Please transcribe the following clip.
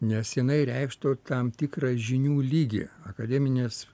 nes jinai reikštų tam tikrą žinių lygį akademinės